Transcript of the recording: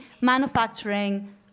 manufacturing